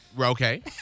Okay